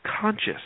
conscious